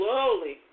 Slowly